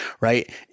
Right